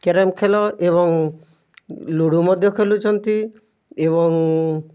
carrom ଖେଲ ଏବଂ ludo ମଧ୍ୟ ଖେଲୁଛନ୍ତି ଏବଂ